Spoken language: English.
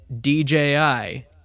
dji